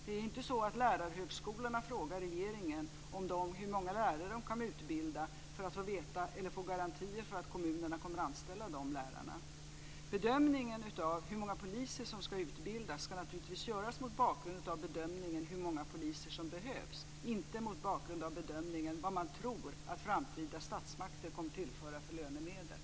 Det är ju inte så att Lärarhögskolan frågar regeringen hur många lärare som kan utbildas för att få garantier för att kommunerna kommer att anställa dessa lärare. Bedömningen av hur många poliser som ska utbildas ska naturligtvis göras mot bakgrund av bedömningen av hur många poliser som behövs, inte mot bakgrund av bedömningen av de lönemedel som man tror att kommande statsmakter kommer att tillföra.